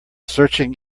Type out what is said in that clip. searching